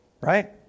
right